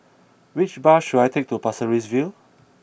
which bus should I take to Pasir Ris View